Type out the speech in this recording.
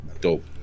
dope